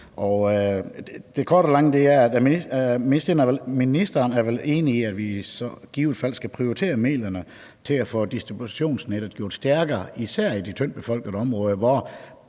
Det korte af det lange er, at ministeren vel er enig i, at vi så i givet fald skal prioritere midlerne til at få distributionsnettet gjort stærkere, især i de tyndt befolkede områder, hvor